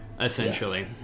essentially